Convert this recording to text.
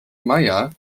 meier